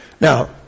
Now